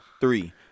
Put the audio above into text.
Three